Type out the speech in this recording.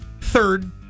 third